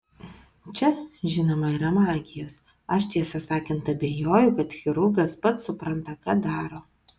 čia žinoma yra magijos aš tiesą sakant abejoju kad chirurgas pats supranta ką daro